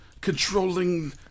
Controlling